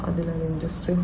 അതിനാൽ ഇൻഡസ്ട്രി 4